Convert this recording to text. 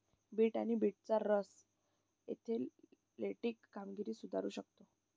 bit आणि बीटचा रस ऍथलेटिक कामगिरी सुधारू शकतो